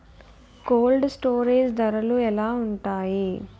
Cold storage ధరలు ఎలా ఉంటాయి?